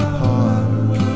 heart